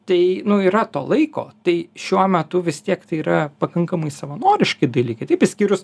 tai yra to laiko tai šiuo metu vis tiek tai yra pakankamai savanoriški dalykai taip išskyrus